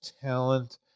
talent